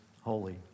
holy